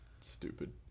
Stupid